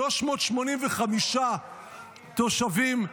385 תושבים,